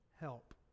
help